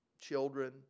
children